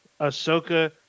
Ahsoka